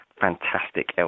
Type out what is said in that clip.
fantastic